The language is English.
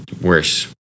Worse